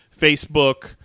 Facebook